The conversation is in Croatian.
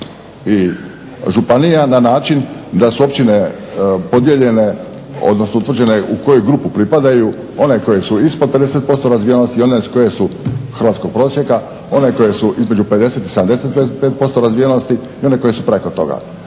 i županija na način da su općine podijeljene, odnosno utvrđene u koju grupu pripadaju. One koje su ispod 50% razvijenosti hrvatskog prosjeka, one koje su između 50 i 75% razvijenosti i one koje su preko toga.